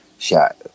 shot